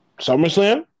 SummerSlam